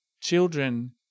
children